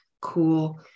cool